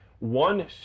One